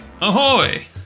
Ahoy